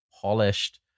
polished